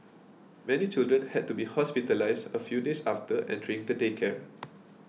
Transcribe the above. many children had to be hospitalised a few days after entering the daycare